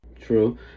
True